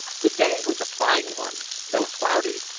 the day was a fine one, though cloudy,